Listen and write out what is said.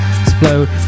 Explode